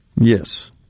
Yes